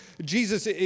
Jesus